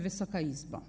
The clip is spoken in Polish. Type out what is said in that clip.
Wysoka Izbo!